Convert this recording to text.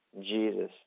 Jesus